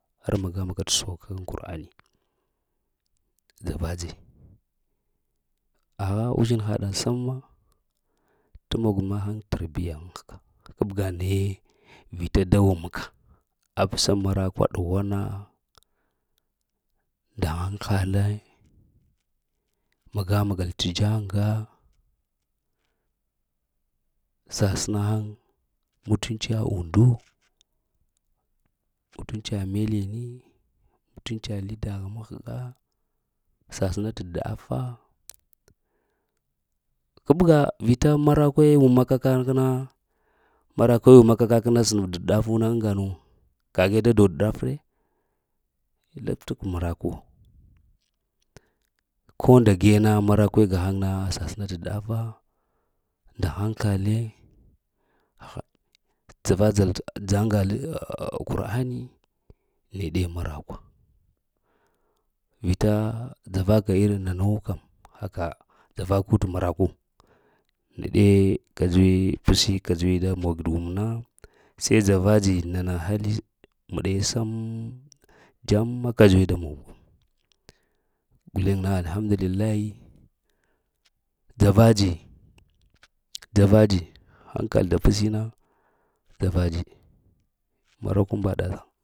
Har maga-maga t saukan kurani dzava-dzi aha uzhinhaɗa səma t mog mahaŋ tarbiya mahga tabga naye, vita da wumka apsa marakw ɗughwana nda hankale, maga-maga t dzaŋa sasəna haŋ mutunciya undu mutunciya melini, mutunciya li dah mahga, sasəna də dafa kabga vita marakwe wuma ka kakna. Marakwe wuma ka kakna sənənbu d ɗafu na ŋa nu. kahe da d ɗafre. Lab't marakuwe ko ndage na marakwe gahaŋ na sasəna dat ɗafa, nda hankale ha” dzava-dzal t jaŋa le t kur'ani nene marakwa vita dzavaka irin nanu kəm. Haka dzavaku t marakwu. Neɗe kadzuwi psi, kadzuwi da məg t wum na, se dzava-dzi nana hali sam jamma kadzuwi da mugo, guleŋ na alhamdullillahi, dgava dzi dzava-dzi hankal nɗa psi na, dzava-dzi markwambada.